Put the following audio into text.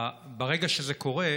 ברגע שזה קורה,